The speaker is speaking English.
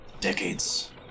decades